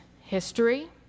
history